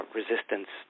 resistance